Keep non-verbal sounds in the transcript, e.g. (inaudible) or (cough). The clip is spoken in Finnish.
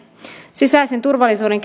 sisäisen turvallisuuden (unintelligible)